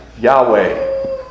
Yahweh